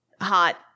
hot